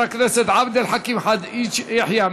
חבר הכנסת עבד אל חכים חאג' יחיא,